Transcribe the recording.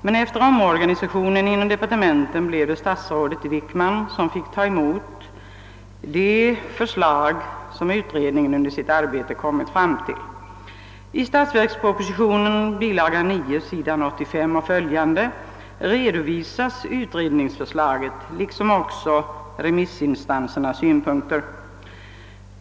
men efter omorganisationen i departementet blev det statsrådet Wickman som fick ta emot det förslag som utredningen i sitt arbete kommit fram till. I statsverkspropositionens bilaga 9, s. 85 och följande, redovisas utredningsförslaget liksom också remissinstansernas synpunkter.